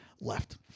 left